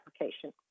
application